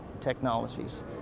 technologies